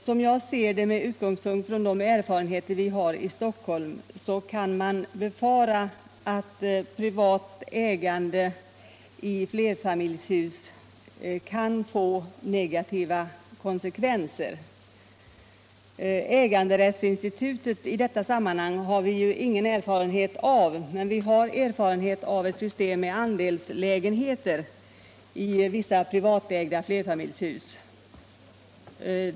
Som jag ser det, med utgångspunkt från de erfarenheter vi har i Stockholm, kan man befara att privat ägande i flerfamiljshus kan få negativa konsekvenser. Äganderättsinstitutet i detta sammanhang har vi ingen erfarenhet av, men vi har erfarenhet av ett system med andelslägenheter i vissa privatägda flerfamiljshus.